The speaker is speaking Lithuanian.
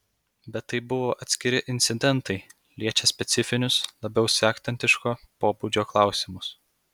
bet tai buvo atskiri incidentai liečią specifinius labiau sektantiško pobūdžio klausimus